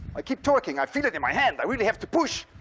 i keep torqueing. i feel it in my hand. i really have to push.